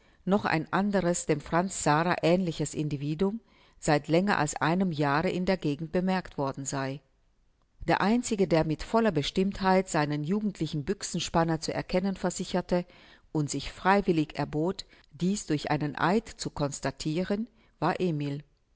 noch ein anderes dem franz sara ähnliches individuum seit länger als einem jahre in der gegend bemerkt worden sei der einzige der mit voller bestimmtheit seinen jugendlichen büchsenspanner zu erkennen versicherte und sich freiwillig erbot dieß durch einen eid zu constatiren war emil